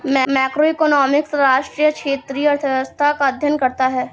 macroeconomics राष्ट्रीय या क्षेत्रीय अर्थव्यवस्था का अध्ययन करता है